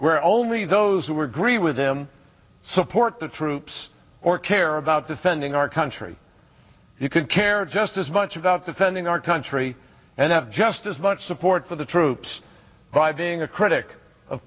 where only those who are green with them support the troops or care about defending our country you could cared just as much about defending our country and have just as much support for the troops by being a critic of